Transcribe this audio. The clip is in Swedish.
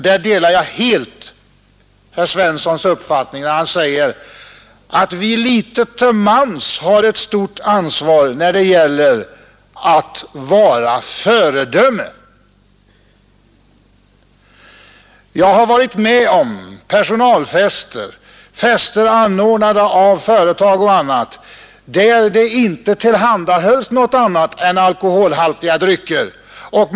Där delar jag helt herr Svenssons i Kungälv uppfattning när han säger att vi litet till mans har ett stort ansvar när det gäller att vara föredöme. Jag har varit med om personalfester, fester anordnade av företaget, där inga andra drycker än alkoholhaltiga tillhandahölls.